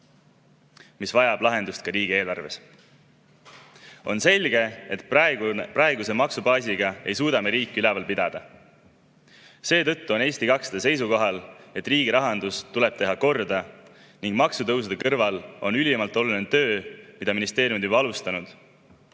mis vajab lahendust ka riigieelarves. On selge, et praeguse maksubaasiga ei suuda me riiki üleval pidada. Seetõttu on Eesti 200 seisukohal, et riigi rahandus tuleb teha korda. Maksutõusude kõrval on ülimalt oluline töö, mida ministeeriumid on juba alustanud